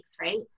right